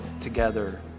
together